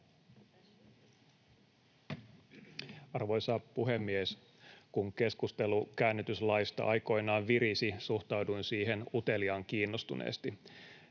Arvoisa puhemies! Kun keskustelu käännytyslaista aikoinaan virisi, suhtauduin siihen uteliaan kiinnostuneesti.